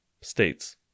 states